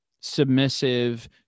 submissive